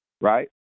right